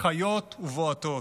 חיות ובועטות,